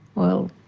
well,